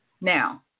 Now